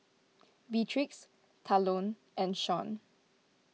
Beatrix Talon and Shon